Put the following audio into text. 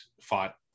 fought